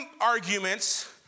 arguments